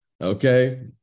Okay